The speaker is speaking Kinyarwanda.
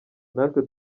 natwe